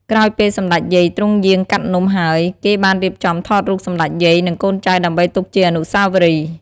ក្រោយពេលសម្តេចយាយទ្រង់យាងកាត់នំហើយគេបានរៀបចំថតរូបសម្តេចយាយនិងកូនចៅដើម្បីទុកជាអនុស្សាវរីយ៏។